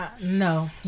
No